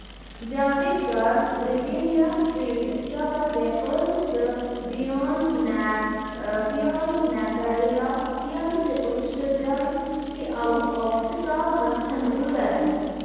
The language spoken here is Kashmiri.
جلدی کر برٛٹینیا ٹریٖٹ اشٹابر ویفٲرس تہٕ Beyond Snack Beyond Snack Kerala کیلہٕ چَِپس چھِ جلدی اوٹ آف سٹاک گژھن وٲلۍ